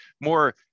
more